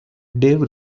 dave